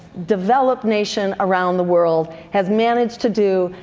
developed nation around the world has managed to do.